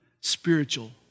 spiritual